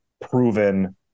proven